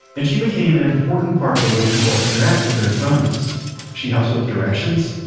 and she became an important part of the way people interact with their phones she helps with directions,